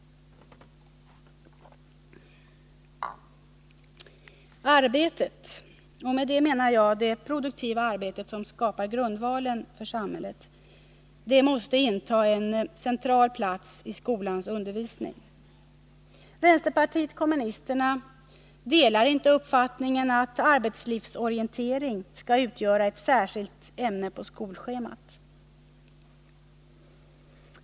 Arbetet — och med det menar jag det produktiva arbetet som 10 april 1980 skapar grundvalen för samhället — måste inta en central plats i skolans undervisning. Vänsterpartiet kommunisterna delar inte uppfattningen att arbetslivsorientering skall utgöra ett särskilt ämne på skolschemat.